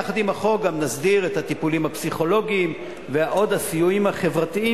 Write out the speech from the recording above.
יחד עם החוק גם נסדיר את הטיפולים הפסיכולוגיים והסיוע החברתי,